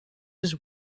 his